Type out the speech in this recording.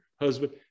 husband